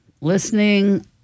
Listening